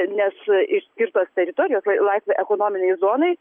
nes išskirtos teritorijos laisvai ekonominei zonai